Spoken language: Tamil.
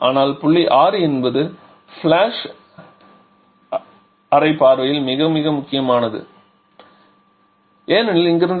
ஆனால் புள்ளி 6 என்பது ஃபிளாஷ் அறை பார்வையில் இருந்து மிக முக்கியமானது ஏனெனில் இங்கிருந்து